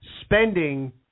spending